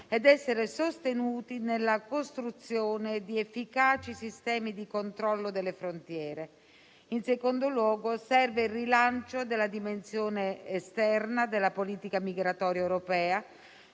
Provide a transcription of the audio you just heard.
ed essere sostenuti nella costruzione di efficaci sistemi di controllo delle frontiere; in secondo luogo, occorre il rilancio della dimensione esterna della politica migratoria europea,